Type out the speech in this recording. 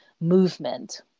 movement